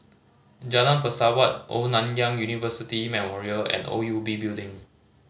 Jalan Pesawat Old Nanyang University Memorial and O U B Building